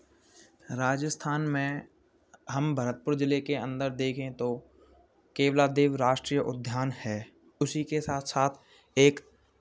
राजस्थान में हम भरतपुर जिले के अंदर देखें तो केवलादेव राष्ट्रीय उद्यान है उसी के साथ साथ एक